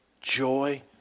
joy